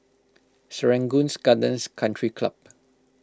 Serangoons Gardens Country Club